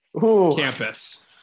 Campus